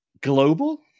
global